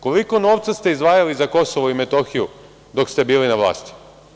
Koliko novca ste izdvajali za KiM dok ste bili na vlasti?